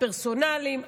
פרסונליים,